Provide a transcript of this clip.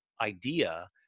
idea